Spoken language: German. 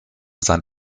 sein